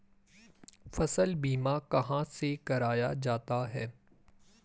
फसल बीमा कहाँ से कराया जाता है?